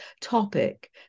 topic